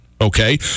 Okay